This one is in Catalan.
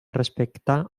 respectar